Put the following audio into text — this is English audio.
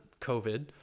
COVID